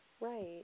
Right